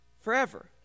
forever